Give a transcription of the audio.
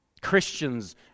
Christians